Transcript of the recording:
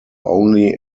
only